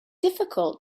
difficult